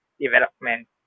development